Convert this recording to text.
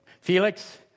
Felix